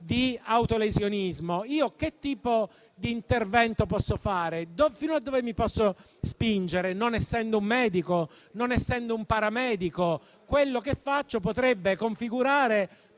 di autolesionismo, che tipo di intervento posso fare e fino a dove mi posso spingere, non essendo un medico o un paramedico? Quello che faccio potrebbe configurare